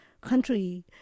country